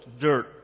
dirt